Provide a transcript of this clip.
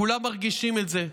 כולם מרגישים את זה,